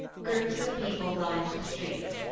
groups of people lined the streets,